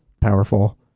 powerful